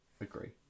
agree